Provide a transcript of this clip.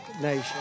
nation